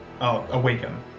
awaken